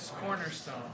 cornerstone